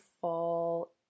fall